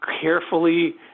carefully